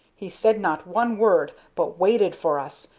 he said not one word, but waited for us,